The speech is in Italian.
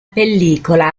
pellicola